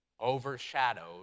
overshadowed